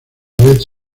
vez